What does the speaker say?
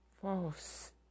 false